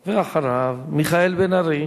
ואחריו, מיכאל בן-ארי.